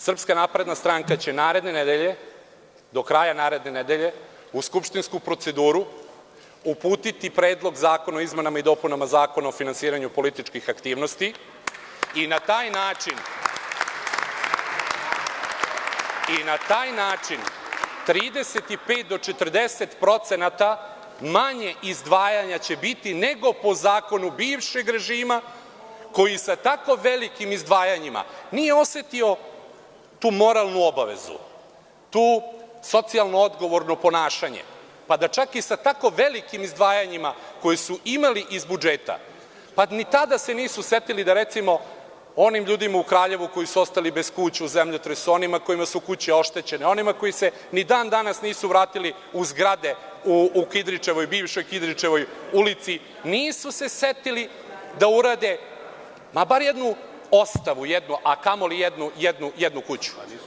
Srpska napredna stranka će naredne nedelje, do kraja naredne nedelje, u skupštinsku proceduru uputiti Predlog zakona o izmenama i dopunama Zakona o finansiranju političkih aktivnosti i na taj način 35 do 40% manje izdvajanja će biti nego po zakonu bivšeg režima, koji sa tako velikim izdvajanjima nije osetio tu moralnu obavezu, to socijalno odgovorno ponašanje, pa da čak i sa tako velikim izdvajanjima koja su imali iz budžeta, pa ni tada se nisu setili da onim ljudima u Kraljevu, koji su ostali bez kuća u zemljotresu, onima kojima su kuće ošetećene, onima koji se ni dan danas nisu vratili u zgrade u bivšoj Kidričevoj ulici, nisu se setili da urade bar jednu ostavu, a kamoli jednu kuću.